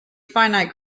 finite